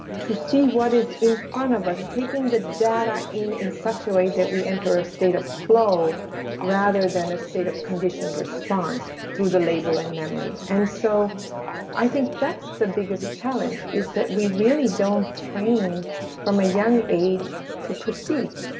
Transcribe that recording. to see what is in front of us, taking the data in in such a way that we enter a state of flow rather than a state of conditioned response through the label and memory. and so i think that's the biggest challenge is that we really don't train from a young age to perceive,